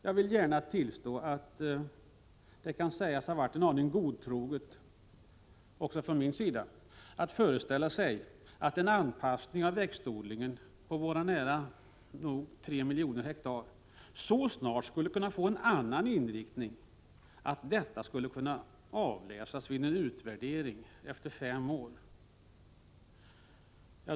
Jag vill gärna tillstå att det kan sägas ha varit en aning godtroget, också från min sida, att föreställa sig att en anpassning av växtodlingen på våra nära nog tre miljoner hektar så snart skulle kunna få en annan inriktning och att det skulle kunna avläsas vid en utvärdering efter fem år.